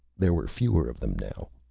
there were fewer of them now.